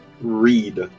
read